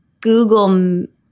Google